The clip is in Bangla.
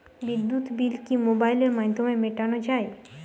বিদ্যুৎ বিল কি মোবাইলের মাধ্যমে মেটানো য়ায়?